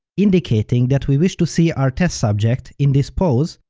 indicating that we wish to see our test subject in this pose,